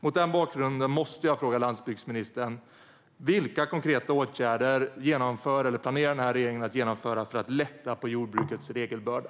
Mot den bakgrunden måste jag fråga landsbygdsministern: Vilka konkreta åtgärder vidtar eller planerar regeringen att vidta för att lätta på jordbrukets regelbörda?